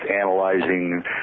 analyzing